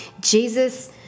Jesus